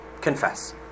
confess